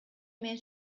менен